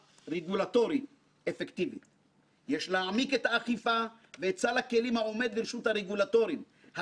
הדעת לא סובלת מצב בו לווים מתוחכמים יתמרנו דרך פערי רגולציה